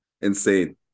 insane